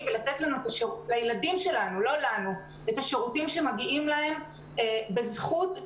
ולתת לילדים שלנו את השירותים שמגיעים להם בזכות,